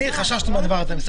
חששתי מהדבר הזה.